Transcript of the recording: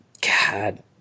god